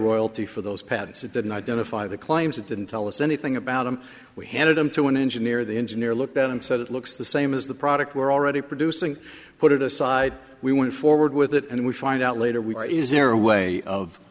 royalty for those patents it didn't identify the claims it didn't tell us anything about them we handed them to an engineer the engineer looked at him said it looks the same as the product we're already producing put it aside we went forward with it and we find out later we are is there a way of